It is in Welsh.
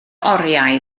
oriau